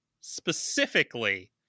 specifically